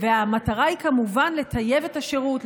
המטרה היא כמובן לטייב את השירות,